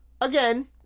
again